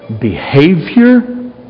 behavior